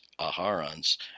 Aharon's